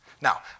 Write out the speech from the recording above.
Now